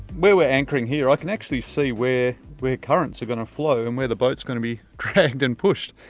where we're anchoring here, i can actually see where where currents are gonna flow and where the boat's gonna be dragged and pushed.